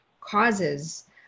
causes